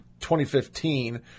2015